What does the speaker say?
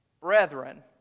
brethren